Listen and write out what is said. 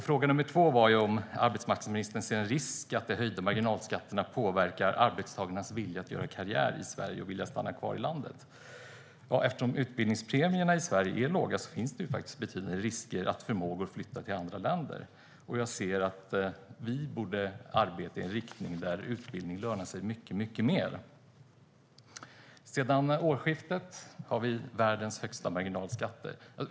Fråga nummer två var om arbetsmarknadsministern ser en risk för att de höjda marginalskatterna påverkar arbetstagarnas vilja att göra karriär i Sverige och vilja att stanna kvar i landet. Eftersom utbildningspremierna i Sverige är låga finns det betydande risker att förmågor flyttar till andra länder. Jag anser att vi borde arbeta i en riktning där utbildning lönar sig mycket, mycket mer. Sedan årsskiftet har vi världens högsta marginalskatter.